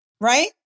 right